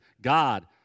God